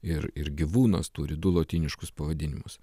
ir ir gyvūnas turi du lotyniškus pavadinimus